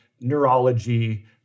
neurology